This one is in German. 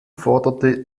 forderte